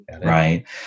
Right